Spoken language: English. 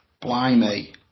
Blimey